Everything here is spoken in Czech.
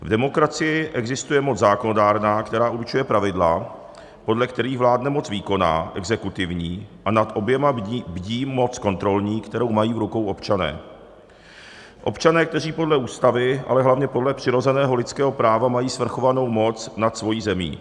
V demokracii existuje moc zákonodárná, která určuje pravidla, podle kterých vládne moc výkonná, exekutivní, a nad oběma bdí moc kontrolní, kterou mají v rukou občané, občané, kteří podle ústavy, ale hlavně podle přirozeného lidského práva mají svrchovanou moc nad svojí zemí.